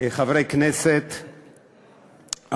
חברי כנסת,